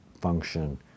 function